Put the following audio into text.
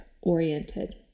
oriented